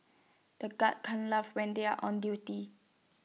the guards can't laugh when they are on duty